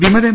വിമത എം